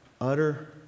utter